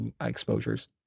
exposures